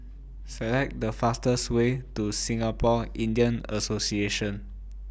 Select The fastest Way to Singapore Indian Association